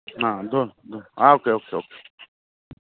হ্যাঁ ধো ধো আ ওকে ওকে